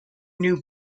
new